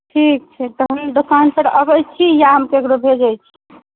ठीक छै तऽ हम दोकानपर अबै छी या हम ककरो भेजै छी